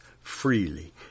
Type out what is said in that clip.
freely